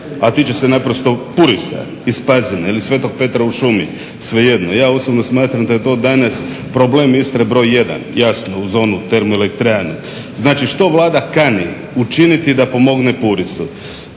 a tiče se naprosto Puris iz Pazina ili Svetog Petra u Šumi, svejedno. Ja osobno smatram da je to danas problem Istre broj jedan, jasno uz onu termoelektranu. Znači, što Vlada kani učiniti da pomogne Purisu?